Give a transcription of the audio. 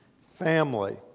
family